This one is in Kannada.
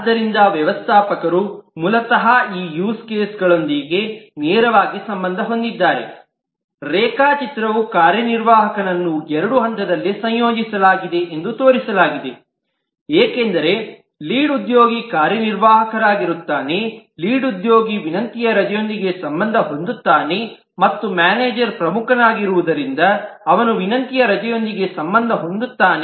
ಆದ್ದರಿಂದ ವ್ಯವಸ್ಥಾಪಕರು ಮೂಲತಃ ಈ ಯೂಸ್ ಕೇಸ್ಗಳೊಂದಿಗೆ ನೇರವಾಗಿ ಸಂಬಂಧ ಹೊಂದಿದ್ದಾರೆ ರೇಖಾಚಿತ್ರವು ಕಾರ್ಯನಿರ್ವಾಹಕನನ್ನು ಎರಡು ಹಂತಗಳಲ್ಲಿ ಸಂಯೋಜಿಸಲಾಗಿದೆ ಎಂದು ತೋರಿಸಲಾಗಿದೆ ಏಕೆಂದರೆ ಲೀಡ್ ಉದ್ಯೋಗಿ ಕಾರ್ಯನಿರ್ವಾಹಕನಾಗಿರುತ್ತಾನೆ ಲೀಡ್ ಉದ್ಯೋಗಿ ವಿನಂತಿಯ ರಜೆಯೊಂದಿಗೆ ಸಂಬಂಧ ಹೊಂದುತ್ತಾನೆ ಮತ್ತು ಮ್ಯಾನೇಜರ್ ಪ್ರಮುಖನಾಗಿರುವುದರಿಂದ ಅವನು ವಿನಂತಿಯ ರಜೆಯೊಂದಿಗೆ ಸಂಬಂಧ ಹೊಂದುತ್ತಾನೆ